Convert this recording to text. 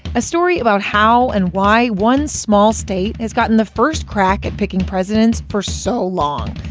a story about how and why one small state has gotten the first crack at picking presidents for so long,